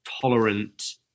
Tolerant